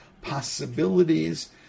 possibilities